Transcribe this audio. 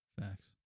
Facts